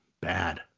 bad